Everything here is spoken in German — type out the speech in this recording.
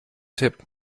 tipp